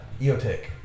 eotech